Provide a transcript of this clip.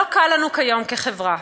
לא קל לנו כיום, כחברה,